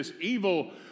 evil